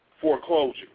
foreclosure